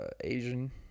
Asian